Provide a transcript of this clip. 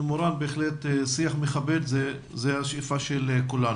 בהחלט שיח מכבד, זו השאיפה של כולנו.